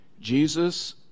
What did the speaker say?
Jesus